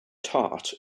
tart